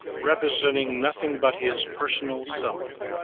representing nothing but his personal self,